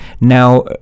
now